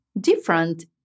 different